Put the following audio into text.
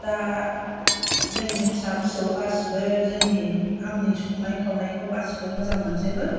दा जोंनि फिसा फिसौ गासैबो जोंनि आंनि संनाय खावनायखौ गासैबो मोजां मोनजोबो